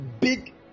big